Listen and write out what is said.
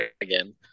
again